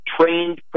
trained